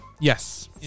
yes